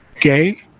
gay